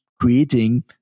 creating